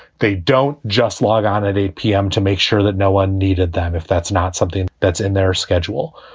they don't just log on at eight zero p m. to make sure that no one needed them, if that's not something that's in their schedule.